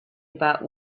about